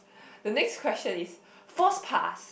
the next question is false past